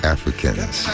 Africans